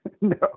No